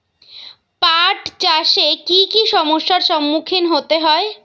পাঠ চাষে কী কী সমস্যার সম্মুখীন হতে হয়?